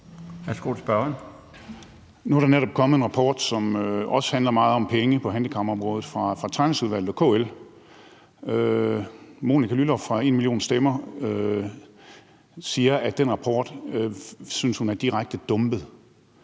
Nu er der netop kommet en rapport, som også handler meget om penge på handicapområdet, fra Tranæsudvalget og KL. Monica Lylloff fra #enmillionstemmer siger, at den rapport synes hun er direkte dumpet.